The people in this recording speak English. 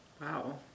Wow